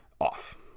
off